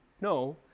no